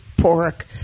pork